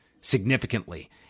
significantly